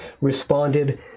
responded